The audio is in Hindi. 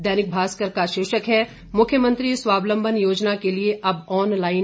दैनिक भास्कर का शीर्षक है मुख्यमंत्री स्वावलंबन योजना के लिए अब ऑनलाइन आवेदन भी